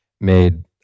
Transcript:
made